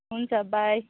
हुन्छ बाई